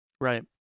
Right